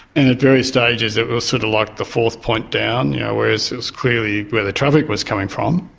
and at various stages it was sort of like the fourth point down, yeah whereas it was clearly where the traffic was coming from.